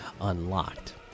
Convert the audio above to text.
unlocked